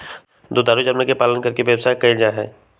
दुधारू जानवर के पालन करके व्यवसाय कइल जाहई